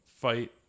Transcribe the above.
fight